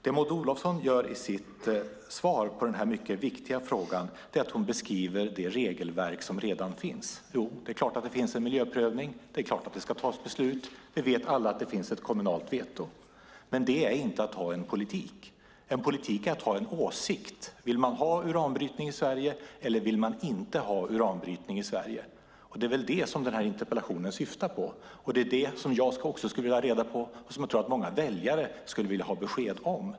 Det Maud Olofsson gör i sitt svar på denna mycket viktiga fråga är att beskriva det regelverk som redan finns. Jo, det är klart att det finns en miljöprövning. Det är klart att det ska fattas beslut. Vi vet alla att det finns ett kommunalt veto. Men det är inte att ha en politik. En politik är att ha en åsikt. Vill man ha uranbrytning i Sverige, eller vill man inte ha uranbrytning i Sverige? Det är det som interpellationen syftar på, och det är också det som jag skulle vilja ha reda på och som jag tror att många väljare skulle vilja ha besked om.